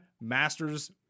masters